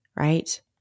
Right